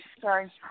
Sorry